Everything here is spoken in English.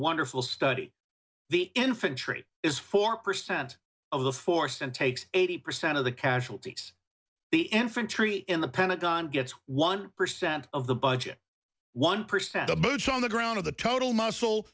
wonderful study the infantry is four percent of the force and takes eighty percent of the casualties the infantry in the pentagon gets one percent of the budget one percent the boots on the ground of the total muscle